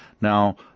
Now